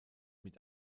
mit